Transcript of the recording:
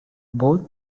both